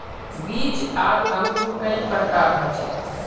बीज आर अंकूर कई प्रकार होचे?